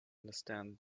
understand